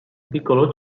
piccolo